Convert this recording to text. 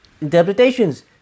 interpretations